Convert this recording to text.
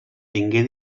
tingué